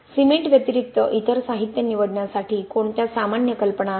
cement व्यतिरिक्त इतर साहित्य निवडण्यासाठी कोणत्या सामान्य कल्पना आहेत